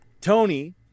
Tony